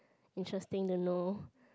interesting de lor